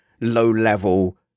low-level